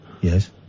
Yes